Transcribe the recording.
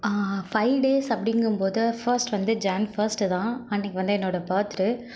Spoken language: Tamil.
ஃபைவ் டேஸ் அப்டிங்கும்போது ஃபர்ஸ்ட் வந்து ஜன் ஃபர்ஸ்ட்டு தான் அன்னைக்கி வந்து என்னோட பர்த்டே